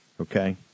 okay